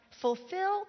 fulfill